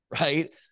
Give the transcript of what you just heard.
Right